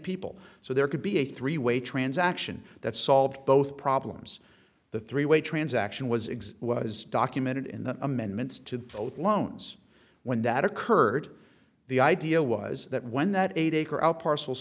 people so there could be a three way transaction that solve both problems the three way transaction was exe was documented in the amendments to both loans when that occurred the idea was that when that eight acre out parcel